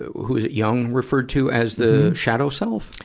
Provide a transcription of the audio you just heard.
who is it, jung, referred to as the shadow self?